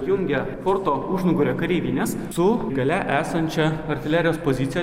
jungia porto užnugario kareivines su gale esančia artilerijos pozicija